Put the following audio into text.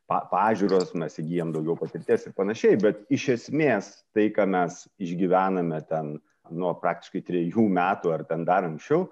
pa pažiūros mes įgyjam daugiau patirties ir panašiai bet iš esmės tai ką mes išgyvename ten nuo praktiškai trejų metų ar ten dar anksčiau